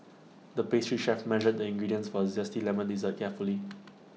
the pastry chef measured the ingredients for A Zesty Lemon Dessert carefully